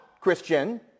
Christian